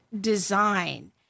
design